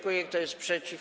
Kto jest przeciw?